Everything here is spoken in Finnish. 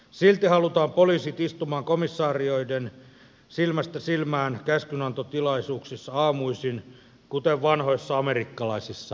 silti halutaan poliisit istumaan komisarioiden silmästä silmään käskynantotilaisuuksissa aamuisin kuten vanhoissa amerikkalaisissa elokuvissa